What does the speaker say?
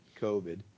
COVID